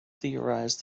theorized